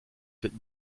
wird